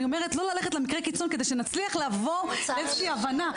אני רק אומרת לא ללכת למקרי קיצון כדי שנצליח לעבור איזושהי הבנה.